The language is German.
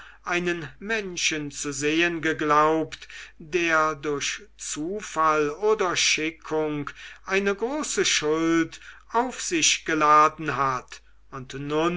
einen menschen zu sehen geglaubt der durch zufall oder schickung eine große schuld auf sich geladen hat und